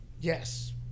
Yes